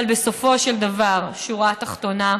אבל בסופו של דבר, בשורה התחתונה,